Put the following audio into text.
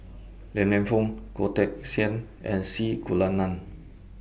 Li Lienfung Goh Teck Sian and C Kunalan